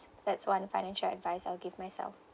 that's one financial advice I'll give myself